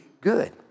good